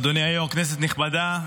אדוני היו"ר, כנסת נכבדה,